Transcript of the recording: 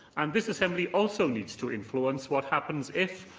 and this assembly also needs to influence what happens if,